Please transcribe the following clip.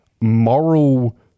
moral